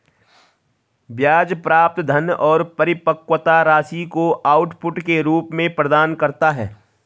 ब्याज प्राप्त धन और परिपक्वता राशि को आउटपुट के रूप में प्रदान करता है